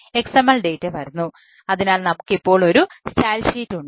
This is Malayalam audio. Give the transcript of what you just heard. XML ഡാറ്റ ഉണ്ട്